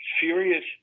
serious